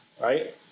right